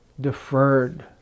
deferred